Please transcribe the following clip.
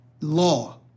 law